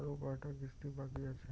আরো কয়টা কিস্তি বাকি আছে?